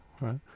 right